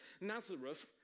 Nazareth